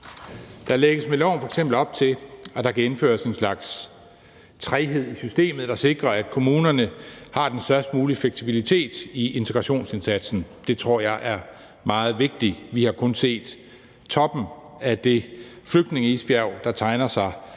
Der lægges med loven f.eks. op til, at der kan indføres en slags træghed i systemet, der sikrer, at kommunerne har den størst mulige fleksibilitet i integrationsindsatsen. Det tror jeg er meget vigtigt. Vi har kun set toppen af det flygtningeisbjerg, der tegner sig